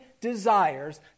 desires